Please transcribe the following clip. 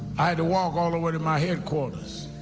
i had to walk all the way to my headquarters.